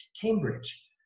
Cambridge